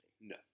No